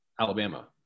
Alabama